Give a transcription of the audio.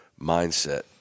mindset